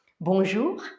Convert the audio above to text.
Bonjour